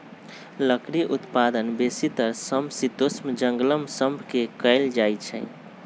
लकड़ी उत्पादन बेसीतर समशीतोष्ण जङगल सभ से कएल जाइ छइ